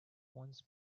once